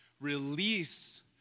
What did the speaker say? release